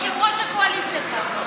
יושב-ראש הקואליציה כאן.